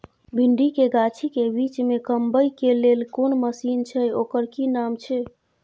भिंडी के गाछी के बीच में कमबै के लेल कोन मसीन छै ओकर कि नाम छी?